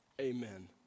Amen